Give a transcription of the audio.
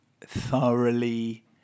thoroughly